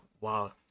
wow